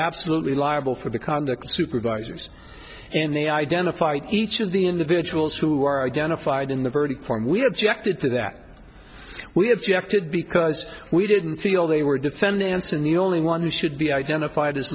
absolutely liable for the conduct of supervisors and they identified each of the individuals who are identified in the verdict form we have checked into that we have checked it because we didn't feel they were defending anson the only one who should be identified